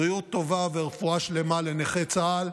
בריאות טובה ורפואה שלמה לנכי צה"ל.